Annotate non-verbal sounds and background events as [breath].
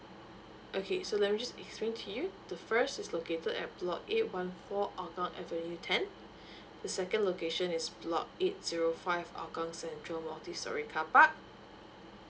okay so let me just explain to you the first is located at block eight one four hougang avenue ten [breath] the second location is block eight zero five hougang cental montessori car park